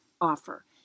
offer